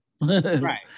Right